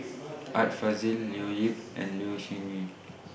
Art Fazil Leo Yip and Low Siew Nghee